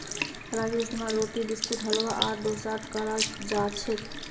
रागीर इस्तेमाल रोटी बिस्कुट हलवा आर डोसात कराल जाछेक